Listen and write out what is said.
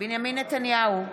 בנימין נתניהו,